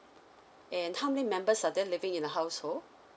and how many members are there living in the household